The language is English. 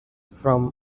from